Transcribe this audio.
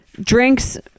Drinks